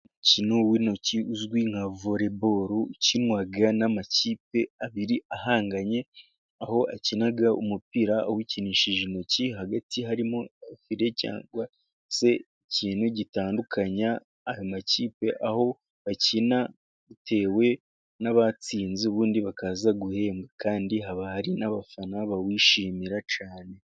Umukino w'intoki uzwi nka vore boro, ukinwa n'amakipe abiri ahanganye, aho akina umupira awukinishije intoki, hagati harimo fire cyangwa se ikintu gitandukanya ayo makipe, aho bakina bitewe n'abatsinze ubundi bakaza guhembwa, kandi hari n'abafana bawishimira cyane.